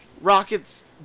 Rocket's